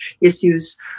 issues